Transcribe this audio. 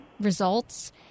results